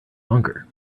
longer